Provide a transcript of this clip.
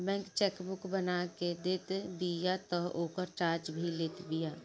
bank chequebook बना के देत बिया तअ ओकर चार्ज भी लेत बिया